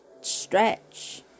stretch